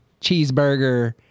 Cheeseburger